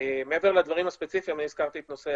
מעבר לדברים הספציפיים, הזכרתי את נושא